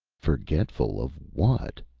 forgetful of what!